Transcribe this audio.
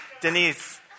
Denise